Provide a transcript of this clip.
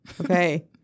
Okay